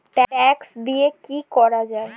Tractor দিয়ে কি করা যায়?